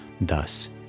Thus